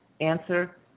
Answer